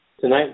Tonight